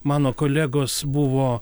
mano kolegos buvo